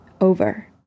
over